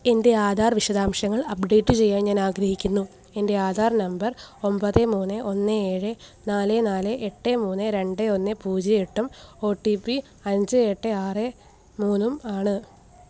എന്റെ ആധാർ വിശദാംശങ്ങൾ അപ്ഡേറ്റ് ചെയ്യാൻ ഞാനാഗ്രഹിക്കുന്നു എന്റെ ആധാർ നമ്പർ ഒമ്പത് മൂന്ന് ഒന്ന് ഏഴ് നാല് നാല് എട്ട് മൂന്ന് രണ്ട് ഒന്ന് പൂജ്യം എട്ടും ഓ ടി പി അഞ്ച് എട്ട് ആറ് മൂന്നും ആണ്